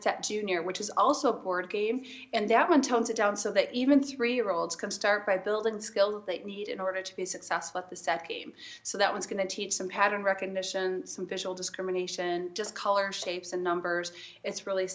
to junior which is also board games and outland tones it down so that even three year olds can start by building skills they need in order to be successful at the set came so that was going to teach some pattern recognition some visual discrimination just colors shapes and numbers it's really